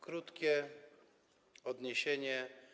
Krótkie odniesienie.